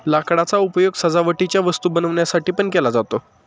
लाकडाचा उपयोग सजावटीच्या वस्तू बनवण्यासाठी पण केला जातो